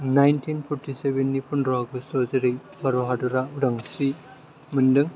nineteen forty seven नि पन्द्र' आगष्टआव जेरै भारत हादरा उदांस्रि मोनदों